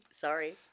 Sorry